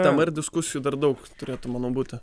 dabar diskusijų dar daug turėtų manau būti